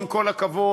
עם כל הכבוד,